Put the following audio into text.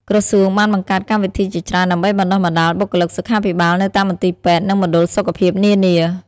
ក្រសួងបានបង្កើតកម្មវិធីជាច្រើនដើម្បីបណ្តុះបណ្តាលបុគ្គលិកសុខាភិបាលនៅតាមមន្ទីរពេទ្យ និងមណ្ឌលសុខភាពនានា។